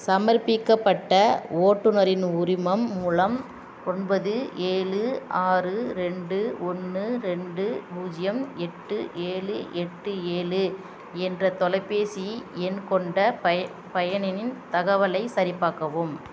சமர்ப்பிக்கப்பட்ட ஓட்டுனரின் உரிமம் மூலம் ஒன்பது ஏழு ஆறு ரெண்டு ஒன்று ரெண்டு பூஜ்ஜியம் எட்டு ஏழு எட்டு ஏழு என்ற தொலைபேசி எண் கொண்ட பய பயனரின் தகவலைச் சரிபார்க்கவும்